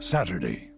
Saturday